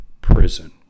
prison